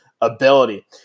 ability